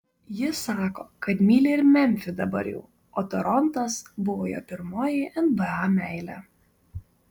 jis sako kad myli ir memfį dabar jau o torontas buvo jo pirmoji nba meilė